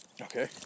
Okay